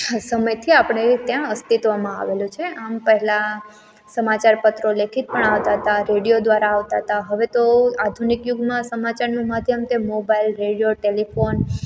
સમયથી આપણે ત્યાં અસ્તિત્વમાં આવેલું છે આમ પહેલા સમાચાર પત્રો લેખિત પણ આવતા હતા રેડિયો દ્વારા આવતા તા હવે તો આધુનિક યુગમાં સમાચાર માધ્યમ તે મોબાઈલ રેડિયો ટેલિફોન